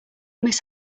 miss